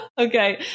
okay